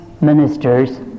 ministers